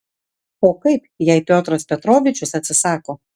o kaip jei piotras petrovičius atsisako